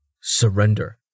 surrender